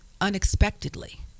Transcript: unexpectedly